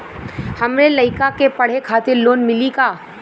हमरे लयिका के पढ़े खातिर लोन मिलि का?